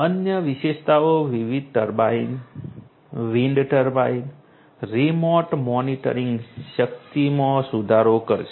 અન્ય વિશેષતાઓ વિવિધ ટર્બાઇન વિન્ડ ટર્બાઇન રિમોટ મોનિટરિંગની શક્તિમાં સુધારો કરશે